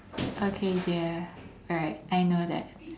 okay dear alright I know that